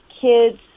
kids